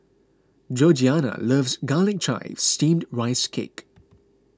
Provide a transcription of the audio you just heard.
Georgeanna loves Garlic Chives Steamed Rice Cake